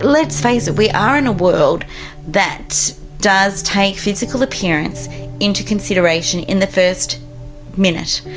let's face it, we are in a world that does take physical appearance into consideration in the first minute,